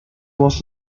was